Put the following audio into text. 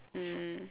mm